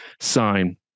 sign